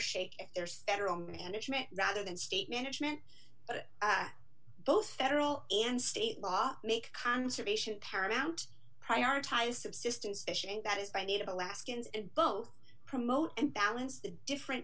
shake there several management rather than state management at both federal and state law make conservation paramount prioritize subsistence fishing that is i need alaskans and both promote and balance the different